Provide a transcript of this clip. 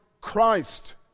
Christ